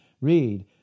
Read